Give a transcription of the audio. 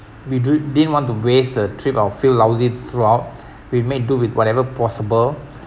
we dre~ didn't want to waste the trip or feel lousy throughout we made do with whatever possible